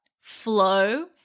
flow